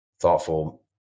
thoughtful